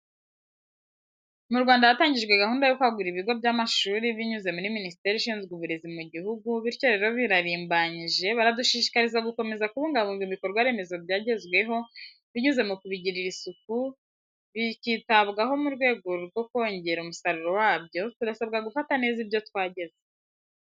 Mu Rwandan hatanjyijwe gahunda yo kwagura ibigo by'a mashuri binyuze mu ri minisiteri Ishinzwe uburezi mu'jyihugu bityo rero birarimbanyije baradushishikariza gukomeza kubungabunga ibikorwa remezo bya jyenzweho binyuze mukubijyirira Isuku bicyitabwaho murwego rwukojyera umusarura wabyo turasabwa gufata neza ibyo twajyezeho.